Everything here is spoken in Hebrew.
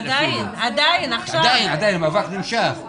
עדיין המאבק נמשך,